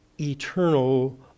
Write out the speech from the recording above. eternal